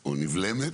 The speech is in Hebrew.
או נבלמת,